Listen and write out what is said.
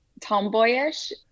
tomboyish